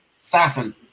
assassin